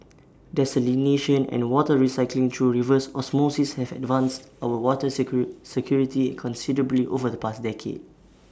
desalination and water recycling through reverse osmosis have enhanced our water security considerably over the past decade